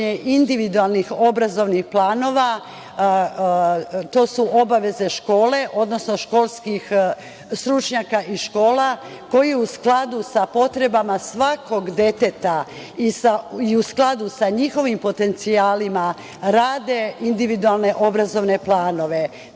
individualnih obrazovnih planova, to su obaveze škole, odnosno stručnjaka iz škola, koji u skladu sa potrebama svakog deteta i u skladu sa njihovim potencijalima rade individualne obrazovne planove. Takođe,